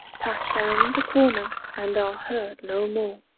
pass round the corner, and are heard no more.